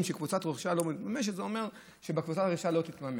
שקבוצת רכישה לא ממומשת זה אומר שקבוצת הרכישה לא תתממש.